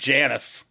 Janice